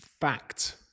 fact